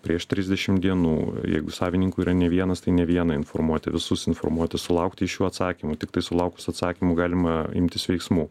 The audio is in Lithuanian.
prieš trisdešim dienų jeigu savininkų yra ne vienas tai ne vieną informuoti visus informuoti sulaukti iš jų atsakymų ir tiktai sulaukus atsakymų galima imtis veiksmų